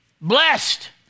Blessed